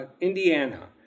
Indiana